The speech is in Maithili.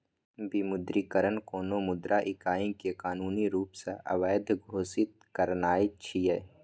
विमुद्रीकरण कोनो मुद्रा इकाइ कें कानूनी रूप सं अवैध घोषित करनाय छियै